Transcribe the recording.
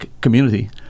community